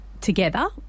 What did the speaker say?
together